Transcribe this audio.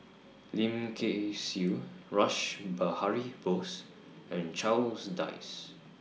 Lim Kay Siu Rash Behari Bose and Charles Dyce